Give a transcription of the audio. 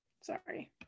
Sorry